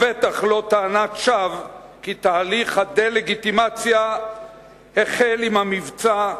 ודאי לא טענת שווא כי תהליך הדה-לגיטימציה החל עם המבצע,